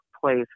place